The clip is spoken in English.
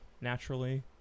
naturally